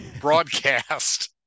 broadcast